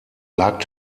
lag